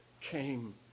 came